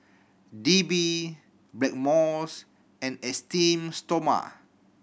D B Blackmores and Esteem Stoma